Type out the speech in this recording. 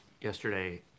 Yesterday